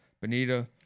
Bonita